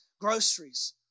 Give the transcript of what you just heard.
groceries